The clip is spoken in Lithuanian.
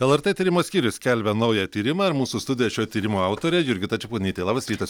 lrt tyrimo skyrius skelbia naują tyrimą ir mūsų studijoje šio tyrimo autorė jurgita čeponytė labas rytas